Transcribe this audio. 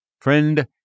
Friend